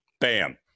Bam